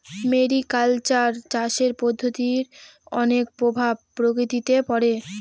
mariculture চাষের পদ্ধতির অনেক প্রভাব প্রকৃতিতে পড়ে